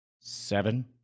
Seven